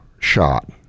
shot